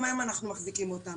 גם היום אנחנו מחזיקים אותם.